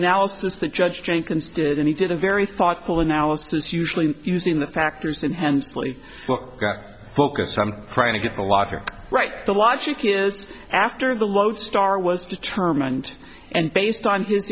analysis that judge jenkins did and he did a very thoughtful analysis usually using the factors in hensley focus i'm trying to get the law here right the logic is after the lodestar was determined and based on his